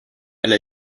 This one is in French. elle